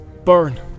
burn